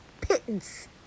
pittance